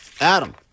Adam